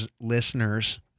listeners